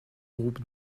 groupe